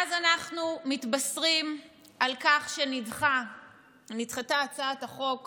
ואז אנחנו מתבשרים על כך שנדחתה הצעת החוק